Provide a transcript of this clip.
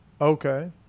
Okay